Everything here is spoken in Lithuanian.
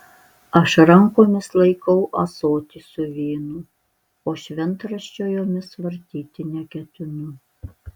aš rankomis laikau ąsotį su vynu o šventraščio jomis vartyti neketinu